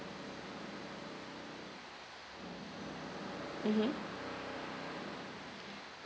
mmhmm